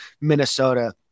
Minnesota